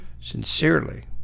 Sincerely